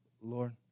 Lord